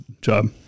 job